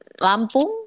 Lampung